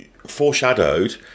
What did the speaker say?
foreshadowed